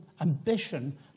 ambition